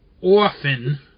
Orphan